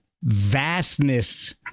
vastness